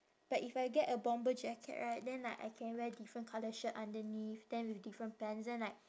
but if I get a bomber jacket right then like I can wear different colour shirt underneath then with different pants then like